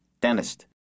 dentist